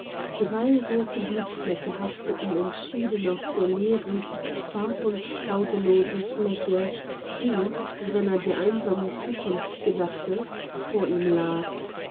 drei rothe blutflecke hafteten entschieden auf der leeren farb und freudelosen fläche die wenn er der einsamen zukunft gedachte vor ihm lag